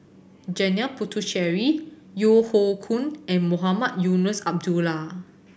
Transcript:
Janil Puthucheary Yeo Hoe Koon and Mohamed Eunos Abdullah